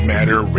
Matter